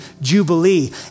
Jubilee